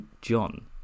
john